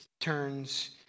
turns